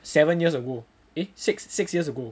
seven years ago eh six six years ago